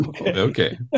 Okay